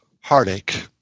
heartache